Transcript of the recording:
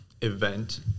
event